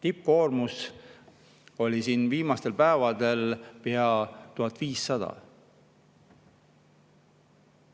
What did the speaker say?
Tippkoormus oli siin viimastel päevadel pea 1500.